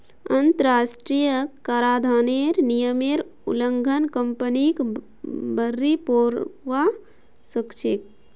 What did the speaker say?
अंतरराष्ट्रीय कराधानेर नियमेर उल्लंघन कंपनीक भररी पोरवा सकछेक